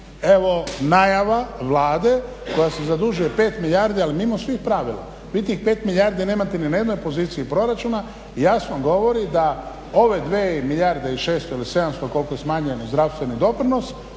Evo najava Vlade koja se zadužuje pet milijardi ali mimo svih pravila. Vi tih pet milijardi nemate ni na jednoj poziciji proračuna i jasno govori da ove dvije milijarde i šesto ili sedamsto koliko je smanjen zdravstveni doprinos